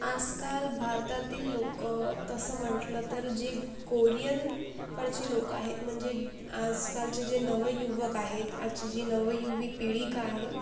आजकाल भारतातील लोक तसं म्हटलं तर जे कोरियनकडचे लोक आहेत म्हणजे आजकालचे जे नवयुवक आहेत आजची जी नवयुवी पिढीका आहे